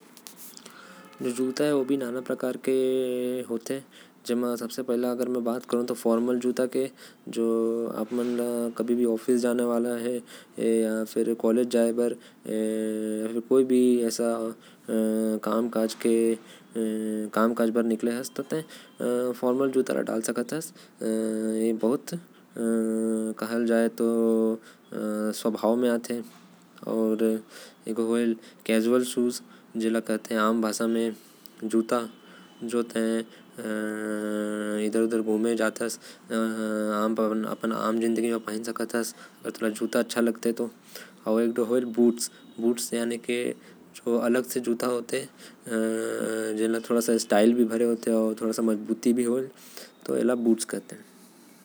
जूतो बहुते प्रकार के होथे। बूट्स होथे फॉर्मल जूता होथे। स्पोर्ट्स जूता होथे जो खेले बर काम आथे। ज्यादातर एहि सब जूता पहिन्थे।